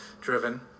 driven